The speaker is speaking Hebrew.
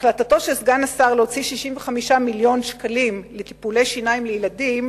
החלטתו של סגן השר להוציא 65 מיליון שקלים לטיפולי שיניים לילדים